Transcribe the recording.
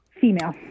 Female